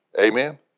Amen